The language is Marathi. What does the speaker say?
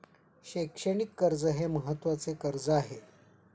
शैक्षणिक कर्ज हे महत्त्वाचे कर्ज आहे